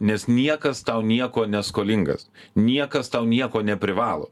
nes niekas tau nieko neskolingas niekas tau nieko neprivalo